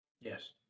Yes